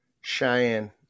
Cheyenne